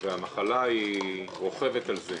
והמחלה רוכבת על זה.